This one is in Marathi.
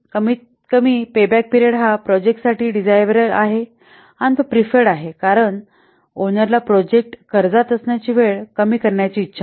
कमीतकमी पेबॅक पीरियड हा प्रोजेक्टसाठी डीझायरेबल आहे तो प्रीफर्ड आहे कारण ओनरला प्रोजेक्ट कर्जात असण्याची वेळ कमी करण्याची इच्छा आहे